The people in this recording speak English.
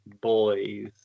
Boys